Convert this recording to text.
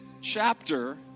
chapter